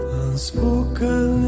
unspoken